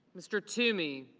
mr. toomey